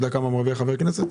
אתה יודע כמה מרוויח חבר כנסת?